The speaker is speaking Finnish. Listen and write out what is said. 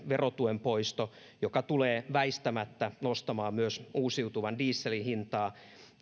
verotuen poisto joka tulee väistämättä nostamaan myös uusiutuvan dieselin hintaa